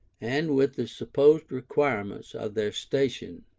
and with the supposed requirements of their station.